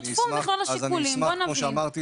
שתפו במכלול השיקולים, בוא נבין.